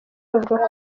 bavuga